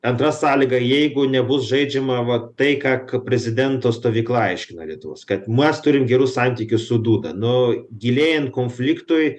antra sąlyga jeigu nebus žaidžiama va tai ką prezidento stovykla aiškina lietuvos kad mas turim gerus santykius su dūda nu gilėjant konfliktui